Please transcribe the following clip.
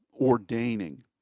ordaining